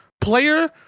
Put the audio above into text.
player